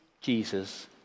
Jesus